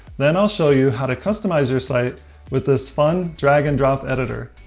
then i'll show you how to customize your site with this fun, drag-and-drop editor.